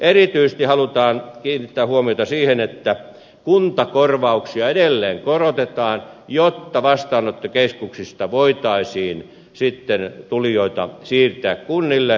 erityisesti halutaan kiinnittää huomiota siihen että kuntakorvauksia edelleen korotetaan jotta vastaanottokeskuksista voitaisiin sitten tulijoita siirtää kunnille